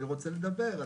אני רוצה לדבר.